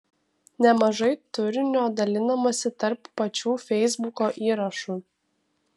nemažai turinio dalinamasi tarp pačių feisbuko įrašų